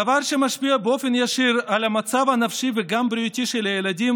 דבר שמשפיע באופן ישיר על המצב הנפשי וגם הבריאותי של הילדים,